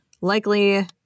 Likely